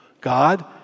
God